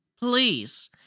Please